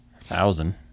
Thousand